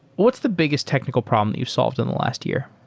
what's the biggest technical problem that you've solved in the last year?